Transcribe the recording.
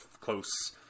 close